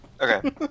Okay